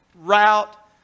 route